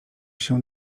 się